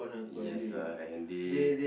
yes uh and they